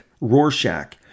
Rorschach